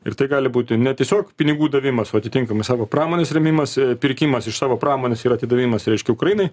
ir tai gali būti ne tiesiog pinigų davimas o atitinkamas savo pramonės rėmimas e pirkimas iš savo pramonės ir atidavimas reiškia ukrainai